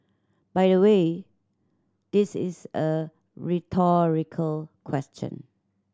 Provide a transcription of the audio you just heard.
by the way this is a rhetorical question